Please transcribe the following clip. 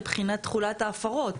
לבחינת תחולת ההפרות.